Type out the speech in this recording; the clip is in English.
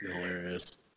Hilarious